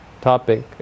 topic